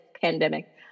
pandemic